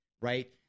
right